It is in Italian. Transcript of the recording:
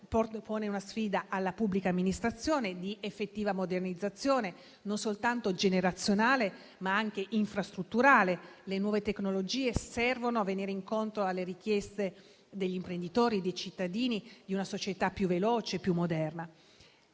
soprattutto alla pubblica amministrazione, quanto ad un'effettiva modernizzazione, non soltanto generazionale, ma anche infrastrutturale; le nuove tecnologie servono ad andare incontro alle richieste degli imprenditori, dei cittadini e di una società più veloce e più moderna.